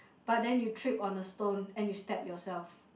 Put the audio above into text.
but then you trip on a stone and you stab yourself